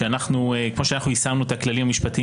כמו שאנחנו יישמנו את הכללים המשפטיים